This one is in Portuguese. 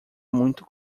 muito